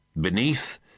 Beneath